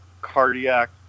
cardiac